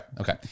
Okay